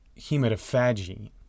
hematophagy